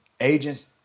agents